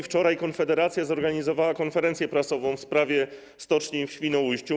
Wczoraj Konfederacja zorganizowała konferencję prasową w sprawie stoczni w Świnoujściu.